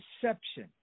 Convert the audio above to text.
deception